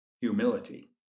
humility